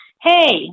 Hey